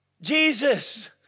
Jesus